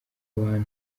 abantu